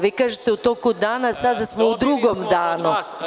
Vi kažete u toku dana, a sada smo u drugom danu.